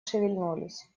шевельнулись